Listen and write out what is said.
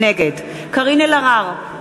נגד קארין אלהרר,